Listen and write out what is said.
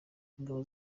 ingabo